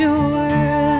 sure